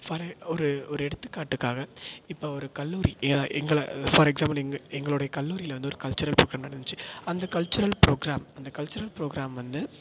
for ஒரு ஒரு எடுத்துக்காட்டுக்காக இப்போ ஒரு கல்லூரி எ எங்களை ஃபார் எக்ஸாம்பிள் எங்கள் எங்களோடைய கல்லூரியில் வந்து ஒரு கல்ச்சுரல் ப்ரோக்ராம் நடந்துச்சு அந்த கல்ச்சுரல் ப்ரோக்ராம் அந்த கல்ச்சுரல் ப்ரோக்ராம் வந்து